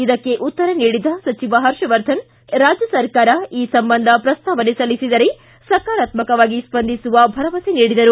ಇದಕ್ಕೆ ಉತ್ತರ ನೀಡಿದ ಸಚಿವ ಪರ್ಷವರ್ಧನ್ ರಾಜ್ಯ ಸರ್ಕಾರ ಈ ಸಂಬಂಧ ಪ್ರಸ್ತಾವನೆ ಸಲ್ಲಿಸಿದರೆ ಸಕಾರಾತ್ಮಕವಾಗಿ ಸ್ವಂದಿಸುವ ಭರವಸೆ ನೀಡಿದರು